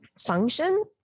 function